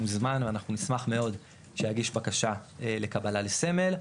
מוזמן ואנחנו נשמח מאוד שיגיש בקשה לקבלה לסמל,